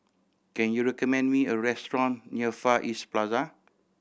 can you recommend me a restaurant near Far East Plaza